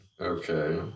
Okay